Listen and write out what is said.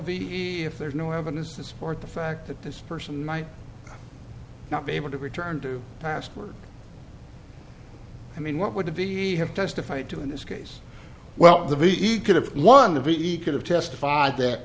ve if there's no evidence to support the fact that this person might not be able to return to passport i mean what would be have testified to in this case well the ve could have one of each could have testified that